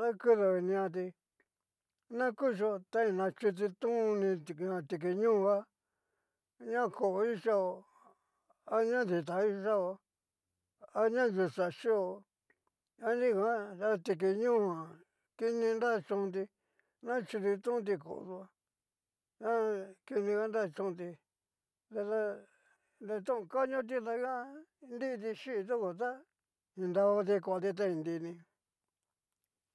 dakudu iniñati na kuchio ta ni nachutu ton ni tikiñoja ña kó'o ixao a ña dita ixao aña yuxa xhió, anriguan ta tikiñojan kini nra chonti nachutu tonti kó'o xó ha kini anra chonti nrada nri to ho kanioti tada nriti chí toko ta ni narvati konti ta ni nrini.